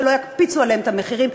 שלא יקפיצו את המחירים,